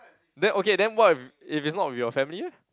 then okay then what if if it's not with your family eh